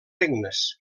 regnes